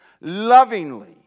lovingly